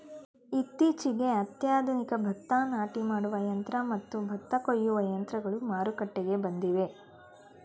ಇತ್ತೀಚೆಗೆ ಅತ್ಯಾಧುನಿಕ ಭತ್ತ ನಾಟಿ ಮಾಡುವ ಯಂತ್ರ ಮತ್ತು ಭತ್ತ ಕೊಯ್ಯುವ ಯಂತ್ರಗಳು ಮಾರುಕಟ್ಟೆಗೆ ಬಂದಿವೆ